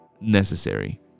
necessary